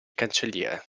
cancelliere